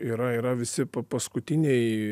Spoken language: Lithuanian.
yra yra visi pa paskutiniai